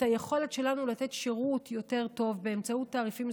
את היכולת שלנו לתת שירות יותר טוב באמצעות תעריפים מסודרים.